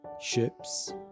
Ships